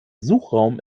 suchraum